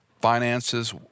finances